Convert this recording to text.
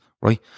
right